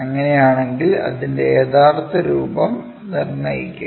അങ്ങനെയാണെങ്കിൽ അതിന്റെ യഥാർത്ഥ രൂപം നിർണ്ണയിക്കുക